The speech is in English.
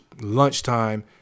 lunchtime